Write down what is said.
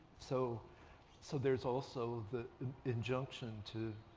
so so there's also the injunction to